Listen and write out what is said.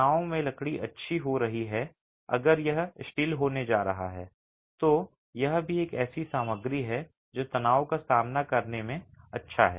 तनाव में लकड़ी अच्छी हो रही है अगर यह स्टील होने जा रहा है तो यह भी एक ऐसी सामग्री है जो तनाव का सामना करने में अच्छा है